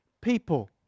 people